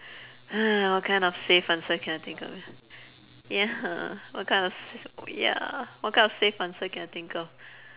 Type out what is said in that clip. what kind of safe answer can I think of ya what kind of s~ ya what kind of safe answer can I think of